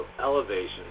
elevation